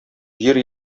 җир